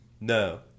No